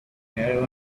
caravan